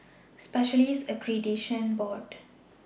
Specialists Accreditation Board